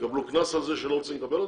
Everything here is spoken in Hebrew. יקבלו קנס על זה שלא רוצים לקבל אותם?